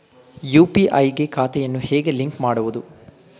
UPI ಗೆ ಖಾತೆಯನ್ನು ಹೇಗೆ ಲಿಂಕ್ ಮಾಡುವುದು?